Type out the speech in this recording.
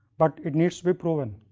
but it needs to be proven.